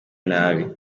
nabi